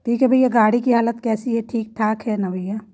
ठीक है भैया गाड़ी की हालत कैसी है ठीक ठाक है ना भैया